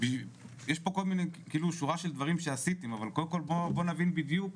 יש פה שורה של דברים שעשיתם אבל קודם כל בואו נבין בדיוק,